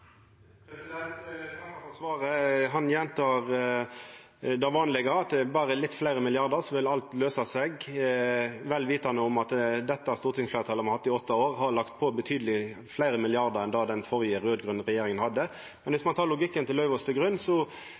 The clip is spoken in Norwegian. for svaret. Representanten gjentek det vanlege – at alt vil løysa seg med nokre fleire milliardar – vel vitande om at det stortingsfleirtalet me har hatt i åtte år, har lagt på betydeleg fleire milliardar enn den førre, raud-grøne regjeringa. Viss ein legg logikken til Lauvås til grunn,